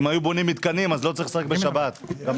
הנה, אחד